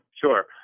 Sure